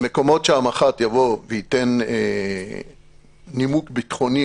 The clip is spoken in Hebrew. מקומות שהמח"ט יבוא וייתן נימוק ביטחוני.